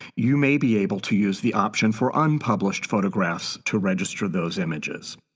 you may be able to use the option for unpublished photographs to register those images.